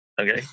okay